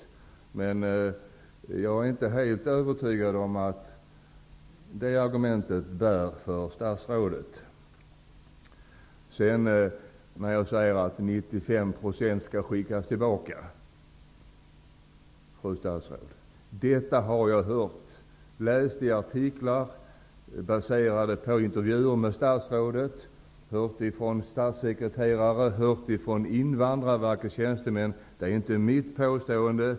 Jag är i alla fall inte helt övertygad om att statsrådets argument i det avseendet bär. Det sägs att jag uttalat att 95 % skall skickas tillbaka. Fru statsråd, det har jag hört tidigare. Jag har läst om det i artiklar baserade på intervjuer med statsrådet. Jag har hört det sägas av statssekreterare och Invandrarverkets tjänstemän. Men det är inte jag som gjort påståendet.